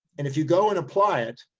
and if you go and apply it,